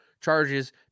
charges